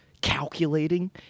calculating